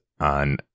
on